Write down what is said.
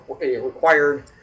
required